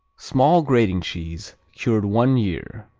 small grating cheese, cured one year.